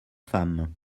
femme